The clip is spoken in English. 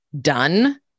done